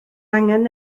angen